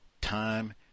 time